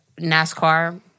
NASCAR